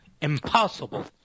impossible